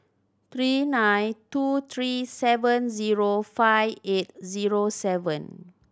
three nine two three seven zero five eight zero seven